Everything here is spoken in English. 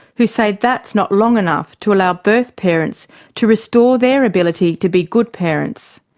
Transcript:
who say that's not long enough to allow birth parents to restore their ability to be good parents.